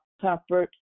comfort